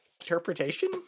interpretation